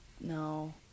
No